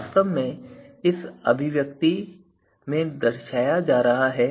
यह वास्तव में इस अभिव्यक्ति में दर्शाया जा रहा है